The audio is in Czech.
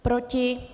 Proti?